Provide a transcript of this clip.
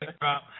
drop